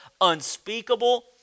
unspeakable